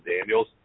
Daniels